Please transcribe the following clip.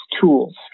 tools